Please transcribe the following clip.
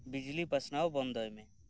ᱵᱤᱡᱞᱤ ᱯᱟᱥᱱᱟᱣ ᱵᱚᱱᱫᱚᱭ ᱢᱮ